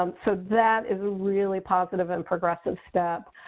um so that is a really positive and progressive step.